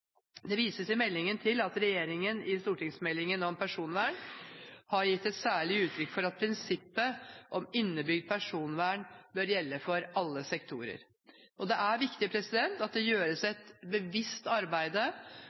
Det vises i meldingen til at regjeringen i stortingsmeldingen om personvern har gitt et særlig uttrykk for at prinsippet om innebygd personvern bør gjelde for alle sektorer. Det er viktig at det gjøres et bevisst arbeid